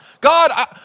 God